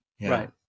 Right